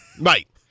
Right